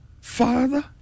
Father